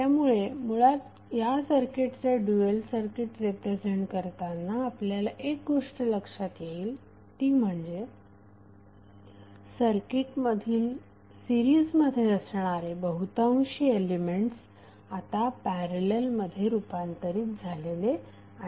त्यामुळे मुळात या सर्किटचे ड्यूएल सर्किट रिप्रेझेंट करताना आपल्याला एक गोष्ट लक्षात येईल ती म्हणजे सर्किटमधील सिरीजमध्ये असणारे बहुतांशी एलिमेंट्स आता पॅरलल मध्ये रूपांतरीत झालेले आहेत